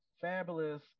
fabulous